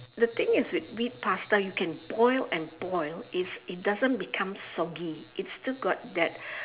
the thing is with wheat pasta you can boil and boil it it's doesn't become soggy it's still got that